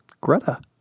Greta